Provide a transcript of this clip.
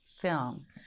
film